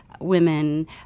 Women